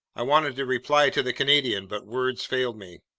i wanted to reply to the canadian, but words failed me.